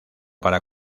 para